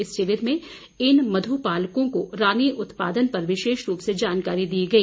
इस शिविर में इन मध्यपालकों को रानी उत्पादन पर विशेष रूप से जानकारी दी गई